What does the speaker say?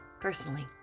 personally